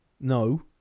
no